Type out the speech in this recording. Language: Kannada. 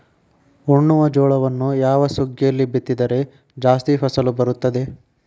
ಉಣ್ಣುವ ಜೋಳವನ್ನು ಯಾವ ಸುಗ್ಗಿಯಲ್ಲಿ ಬಿತ್ತಿದರೆ ಜಾಸ್ತಿ ಫಸಲು ಬರುತ್ತದೆ?